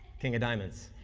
king of diamonds.